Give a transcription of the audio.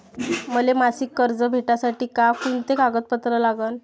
मले मासिक कर्ज भेटासाठी का कुंते कागदपत्र लागन?